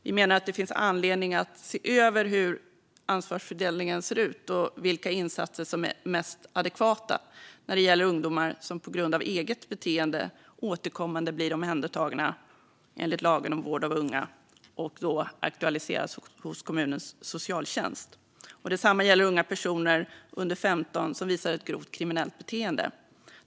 Vi menar att det finns anledning att se över hur ansvarsfördelningen ser ut och vilka insatser som är mest adekvata när det gäller ungdomar som på grund av eget beteende återkommande blir omhändertagna enligt lagen om vård av unga och då aktualiseras hos kommunens socialtjänst. Detsamma gäller unga personer, under 15 år, som visar ett grovt kriminellt beteende.